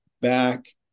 back